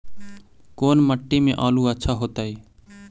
कोन मट्टी में आलु अच्छा होतै?